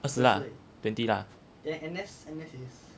二十啦 twenty lah